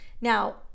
Now